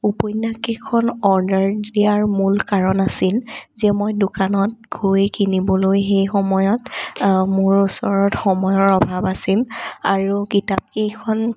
উপন্যাসকেইখন order দিয়াৰ মূল কাৰণ আছিল যে মই দোকানত গৈ কিনিবলৈ সেই সময়ত মোৰ ওচৰত সময়ৰ অভাৱ আছিল আৰু কিতাপকেইখন